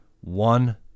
one